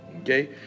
okay